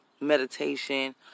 meditation